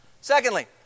Secondly